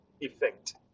effect